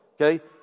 okay